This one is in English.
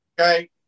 okay